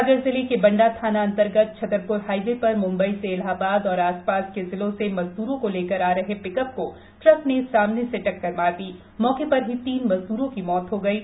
सागर जिले के बंडा थाना अं र्ग छ रपुर हाईवे पर मुंबई से इलाहाबाद और आसपास के जिलों से मजदूरों को लेकर जा रहे पिकअप को ट्रक ने सामने से टक्कर मार दी मौके पर पीन मजदूरों की मौप हो गई है